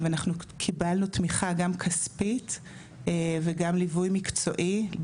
ואנחנו קיבלנו תמיכה גם כספית וגם ליווי מקצועי.